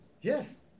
Yes